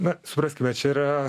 na supraskime čia yra